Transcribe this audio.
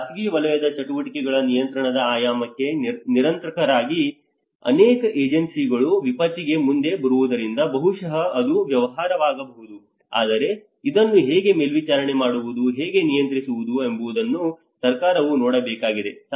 ಖಾಸಗಿ ವಲಯದ ಚಟುವಟಿಕೆಗಳ ನಿಯಂತ್ರಣದ ಆಯಾಮಕ್ಕೆ ನಿಯಂತ್ರಕರಾಗಿ ಅನೇಕ ಏಜೆನ್ಸಿಗಳು ವಿಪತ್ತಿಗೆ ಮುಂದೆ ಬರುವುದರಿಂದ ಬಹುಶಃ ಅದು ವ್ಯವಹಾರವಾಗಬಹುದು ಆದರೆ ಇದನ್ನು ಹೇಗೆ ಮೇಲ್ವಿಚಾರಣೆ ಮಾಡುವುದು ಹೇಗೆ ನಿಯಂತ್ರಿಸುವುದು ಎಂಬುದನ್ನು ಸರ್ಕಾರವು ನೋಡಬೇಕಾಗಿದೆ